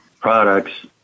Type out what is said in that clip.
products